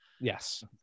Yes